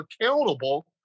accountable